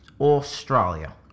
Australia